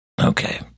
Okay